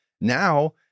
Now